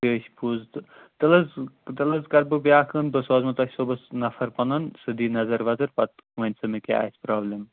تہِ حظ چھِ پوٚز تہٕ تَلہٕ حظ تیٚلہِ حظ کَرٕ بہٕ بیاکھ کٲم بہٕ سوزنَو تۄہہِ صُبحس نَفَر پَنُن سُہ دِیہِ نظر وظر پَتہٕ وَنہِ سُہ مےٚ کیٛاہ آسہِ پرابلِم